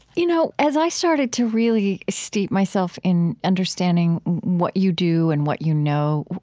you know as i started to really steep myself in understanding what you do and what you know,